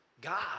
God